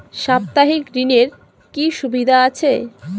সাপ্তাহিক ঋণের কি সুবিধা আছে?